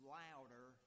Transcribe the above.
louder